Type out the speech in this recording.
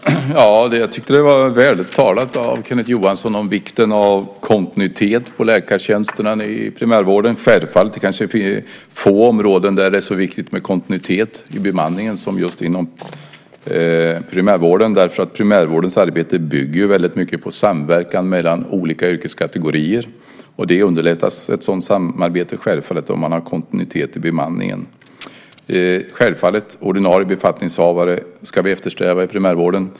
Herr talman! Jag tycker att det var väl talat av Kenneth Johansson när det gäller vikten av kontinuitet på läkartjänsterna i primärvården. Det är självklart. Det är väl få områden där det är så viktigt med kontinuitet i bemanningen som just inom primärvården. Primärvårdens arbete bygger ju mycket på samverkan mellan olika yrkeskategorier. Ett sådant samarbete underlättas självfallet om man har kontinuitet i bemanningen. Vi ska eftersträva ordinarie befattningshavare i primärvården.